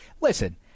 Listen